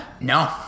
no